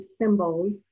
symbols